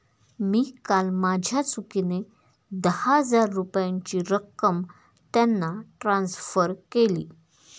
मी काल माझ्या चुकीने दहा हजार रुपयांची रक्कम त्यांना ट्रान्सफर केली